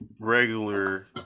regular